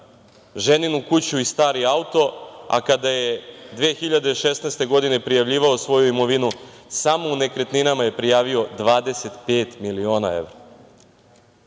ženinu kuću i stari auto, a kada je 2016. godine, prijavljivao svoju imovinu samo u nekretninama je prijavio 25 miliona evra. Ako